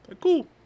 Cool